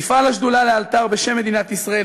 תפעל השדולה לאלתר בשם מדינת ישראל,